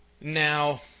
Now